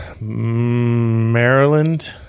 Maryland